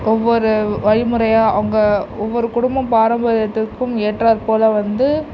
ஒவ்வொரு வழிமுறையாக அவங்க ஒவ்வொரு குடும்பம் பாரம்பரியத்துக்கும் ஏற்றார் போல் வந்து